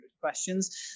questions